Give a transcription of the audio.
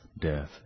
death